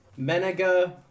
Menega